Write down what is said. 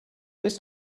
this